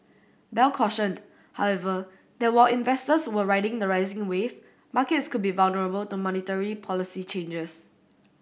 bell cautioned however that while investors were riding the rising wave markets could be vulnerable to monetary policy changes